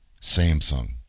Samsung